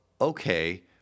okay